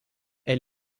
elle